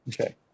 okay